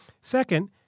Second